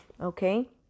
Okay